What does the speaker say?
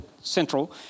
central